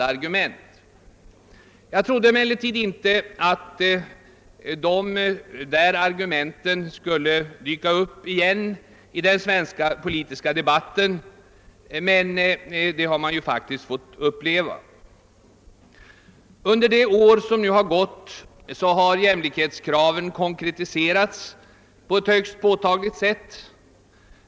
Jag trodde emellertid inte att dessa argument skulle dyka upp på nytt i den svenska politiska debatten men det har man nu faktiskt fått uppleva. Under de år som nu gått har jämlikhetskraven konkretiserats på ett högst påtagligt sätt.